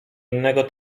innego